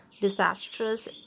disastrous